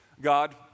God